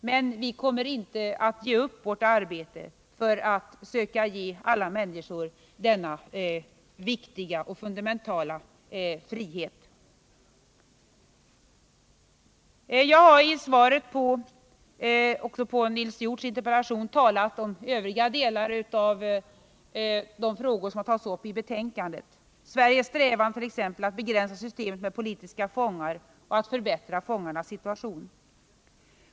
Men vi kommer inte att ge upp vårt arbete för att söka ge alla människor denna viktiga och fundamentala frihet. Jag har också i svaret på Nils Hjorths interpellation talat om övriga frågor som tas upp i betänkandet, t.ex. Sveriges strävan att begränsa systemet med politiska fångar och att förbättra fångarnas situation.